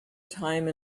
time